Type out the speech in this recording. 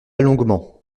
longuement